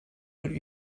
would